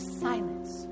silence